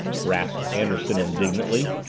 rasped anderson indignantly.